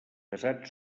casat